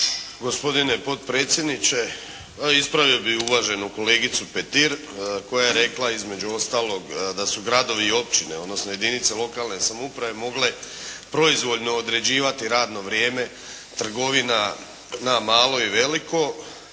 Gospodine potpredsjedniče, ispravio bih uvaženu kolegicu Petir koja je rekla između ostalog da su gradovi i općine, odnosno jedinice lokalne samouprave mogle proizvoljno određivati radno vrijeme trgovina na malo i veliko,